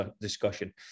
discussion